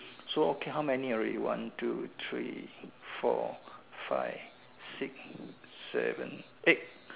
so okay how many already one two three four five six seven eight